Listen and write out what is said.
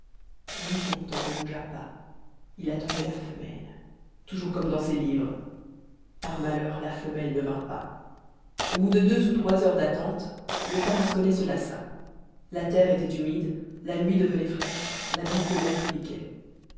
lui pourtant ne bougea pas il attendait la femelle toujours comme dans ses livres par malheur la femelle ne vint pas au bout de deux ou trois heures d'attente le tarasconnais se lassa la terre était humide la nuit devenait fraîche la bise de mer piquait